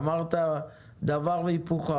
אמרת דבר והיפוכו,